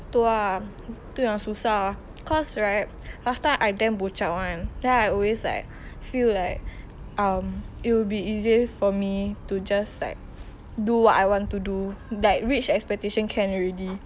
tu ah itu yang susah cause right last time I damn [one] then I always like feel like um it will be easier for me to just like do what I want to do like reach expectation can already